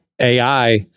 AI